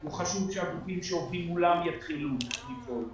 הוא חשוב שהגופים שעובדים מולם יתחילו לפעול.